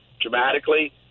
dramatically